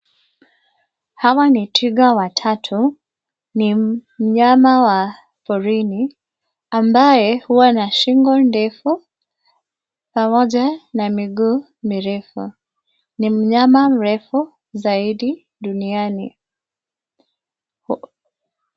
Hawa ni twiga watatu. Ni mnyama wa porini ambaye huwa na shingo ndefu pamoja na miguu mirefu. Ni mnyama mrefu zaidi duniani